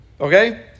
Okay